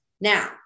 Now